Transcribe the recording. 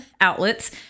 outlets